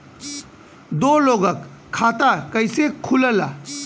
दो लोगक खाता कइसे खुल्ला?